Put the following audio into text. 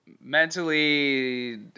mentally